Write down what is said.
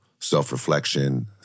self-reflection